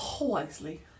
Wisely